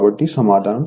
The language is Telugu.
కాబట్టి సమాధానం సరైనది